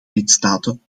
lidstaten